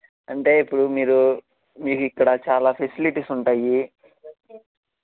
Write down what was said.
అంటే ఇప్పుడు మీరు మీకు ఇక్కడ చాలా ఫెసిలిటీస్ ఉంటాయి